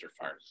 fire